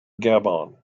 gabon